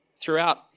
Throughout